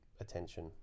attention